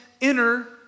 inner